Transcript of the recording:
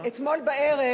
אתמול בערב